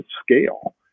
scale